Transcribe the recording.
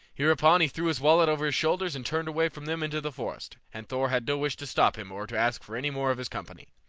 hereupon he threw his wallet over his shoulders and turned away from them into the forest, and thor had no wish to stop him or to ask for any more of his company.